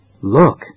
Look